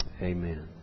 Amen